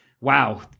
wow